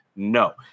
no